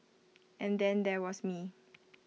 and then there was me